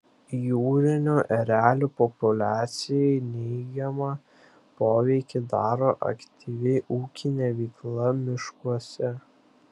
jūrinių erelių populiacijai neigiamą poveikį daro aktyvi ūkinė veikla miškuose